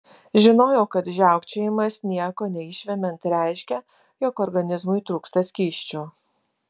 žinojau kad žiaukčiojimas nieko neišvemiant reiškia jog organizmui trūksta skysčių